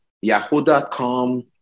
Yahoo.com